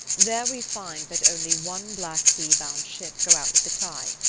there we find that only one black-sea-bound ship go out with the tide.